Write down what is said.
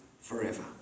forever